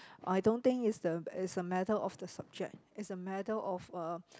I don't think is the is a matter of the subject is a matter of uh